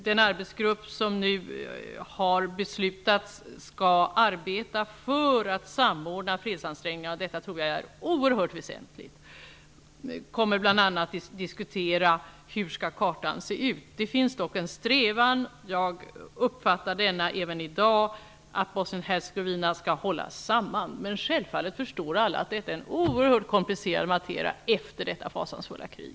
Den arbetsgrupp som nu har inrättats skall arbeta för att samordna fredsanträngningarna. Det är oerhört väsentligt. Arbetsgruppen skall bl.a. diskutera hur kartan skall se ut. Jag uppfattar att det även i dag finns en strävan att Bosnien-Hercegovina skall hållas samman. Men självklart förstår alla att detta är en oerhört komplicerad fråga att hantera efter detta fasansfulla krig.